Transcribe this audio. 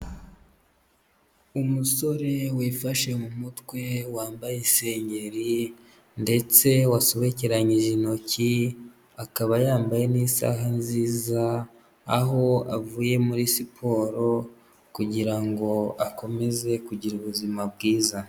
Umusore wifashe mu mutwe wambaye isengeri ndetse wasobekeranyije intoki, akaba yambaye n'isaha nziza, aho avuye muri siporo kugira ngo akomeze kugira ubuzima bwiza.